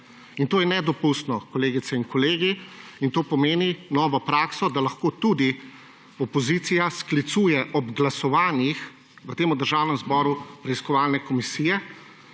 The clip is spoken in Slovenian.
,in to je nedopustno, kolegice in kolegi, in to pomeni novo prakso, da lahko tudi opozicija sklicuje ob glasovanjih v tem državnemu zboru preiskovalne komisije